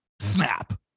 snap